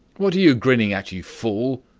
what are you grinning at, you fool?